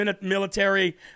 military